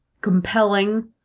compelling